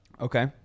Okay